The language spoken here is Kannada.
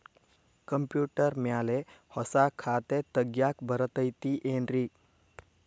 ಕಂಪ್ಯೂಟರ್ ಮ್ಯಾಲೆ ಹೊಸಾ ಖಾತೆ ತಗ್ಯಾಕ್ ಬರತೈತಿ ಏನ್ರಿ?